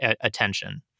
attention